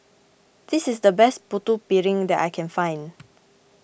this is the best Putu Piring that I can find